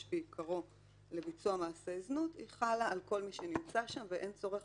בעיקרו לביצוע מעשי זנות שחלה על כל מי שנמצא שם ואין צורך